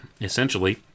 essentially